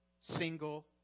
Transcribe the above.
single